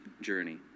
journey